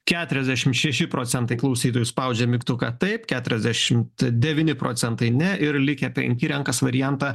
keturiasdešim šeši procentai klausytojų spaudžia mygtuką taip keturiasdešimt devyni procentai ne ir likę penki renkas variantą